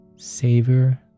savor